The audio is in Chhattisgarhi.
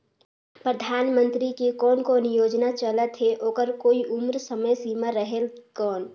परधानमंतरी के कोन कोन योजना चलत हे ओकर कोई उम्र समय सीमा रेहेल कौन?